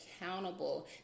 accountable